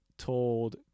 told